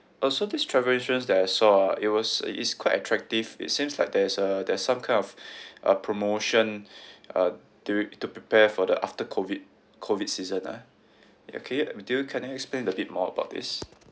oh so this travel insurance that I saw ah it was i~ it's quite attractive it seems like there's a there's some kind of a promotion uh dur~ to prepare for the after COVID COVID season ah ya can you uh do you can you explain a bit more about this